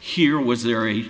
here was there a